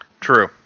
True